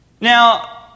Now